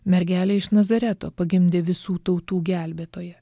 mergelė iš nazareto pagimdė visų tautų gelbėtoją